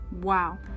Wow